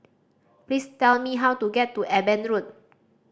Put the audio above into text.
please tell me how to get to Eben Road